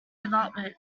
development